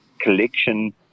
collection